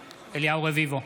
רביבו,